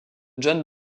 john